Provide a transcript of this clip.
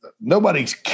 Nobody's